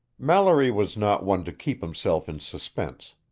mallory was not one to keep himself in suspense.